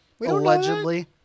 allegedly